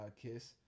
kiss